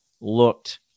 looked